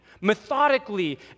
methodically